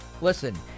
listen